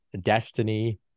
destiny